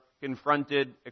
confronted